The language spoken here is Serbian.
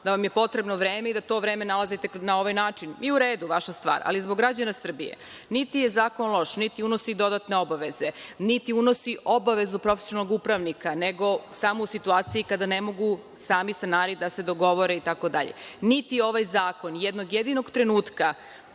da vam je potrebno vreme i da to vreme nalazite na ovaj način. I, u redu, vaša stvar, ali zbog građana Srbije, niti je zakon loš, niti unosi dodatne obaveze, niti unosi obavezu profesionalnog upravnika, nego samo u situaciji kada ne mogu sami stanari da se dogovore itd. Niti ovaj zakon jednog jedinog trenutka